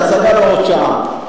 ההצגה בעוד שעה.